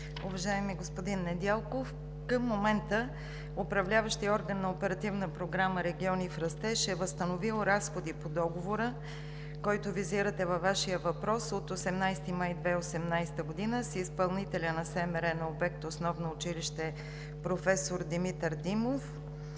Уважаеми господин Недялков, към момента Управляващият орган на Оперативна програма „Региони в растеж“ е възстановил разходи по договора, който визирате във Вашия въпрос, от 18 май 2018 г. с изпълнителя на строително-монтажни работи на обекта Основно училище „Професор Димитър Димов“